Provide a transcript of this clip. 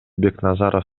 бекназаров